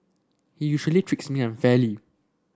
he usually me unfairly